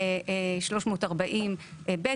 340ב',